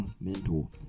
Mentor